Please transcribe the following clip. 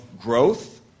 growth